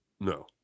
No